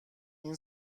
این